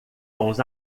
bons